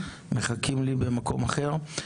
מחכים לי במקום אחר.